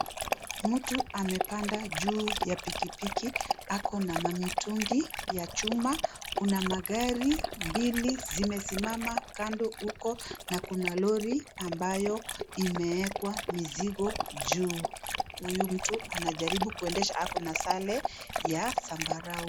Mtu amepanda juu ya pikipiki. Ako na mamitungi ya chuma. Kuna magari mbili zimesimama kando huko na kuna lori ambayo, imewekwa mizigo juu. Huyu mtu anajaribu kuendesha ako na sare ya sambarau.